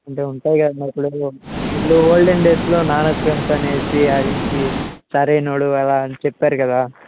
అంటే ఉంటాయి కదా ఇప్పుడు ఇప్పుడు ఓల్డెన్ డేస్లో నాన్నకు ప్రేమతో అని ఆడించి సరైనోడు అలా అని చెప్పారు కదా